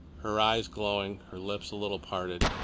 her eyes glowing, her lips a little parted.